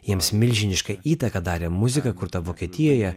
jiems milžinišką įtaką darė muzika kurta vokietijoje